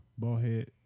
Ballhead